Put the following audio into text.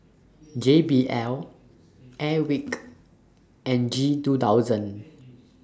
J B L Airwick and G two thousand